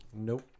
Nope